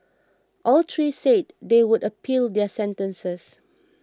all three said they would appeal their sentences